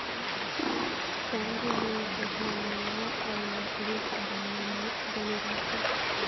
टागी मूल रूप ले लोहा अउ लकरी कर मेल मे बने रहथे